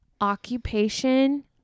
occupation